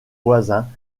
voisins